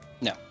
No